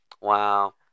Wow